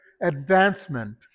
advancement